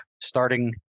starting